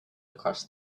across